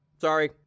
Sorry